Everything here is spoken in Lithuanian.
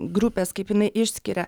grupės kaip jinai išskiria